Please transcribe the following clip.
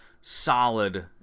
solid